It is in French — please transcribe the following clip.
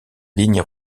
ligne